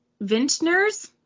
Vintner's